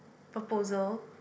proposal